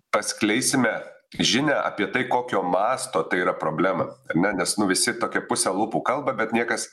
paskleisime žinią apie tai kokio masto tai yra problema ar ne nes visi tokie puse lūpų kalba bet niekas